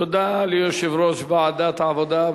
תודה ליושב-ראש ועדת העבודה,